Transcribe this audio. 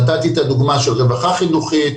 נתתי את הדוגמה של רווחה חינוכית,